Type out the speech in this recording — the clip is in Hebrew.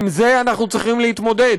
עם זה אנחנו צריכים להתמודד.